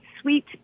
sweet